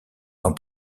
dans